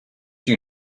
you